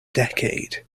decade